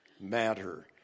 matter